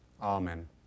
Amen